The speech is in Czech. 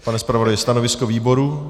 Pane zpravodaji, stanovisko výboru?